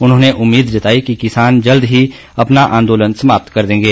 उन्होंने उम्मीद जताई कि किसान जल्द ही अपना आंदोलन समाप्त कर देंगे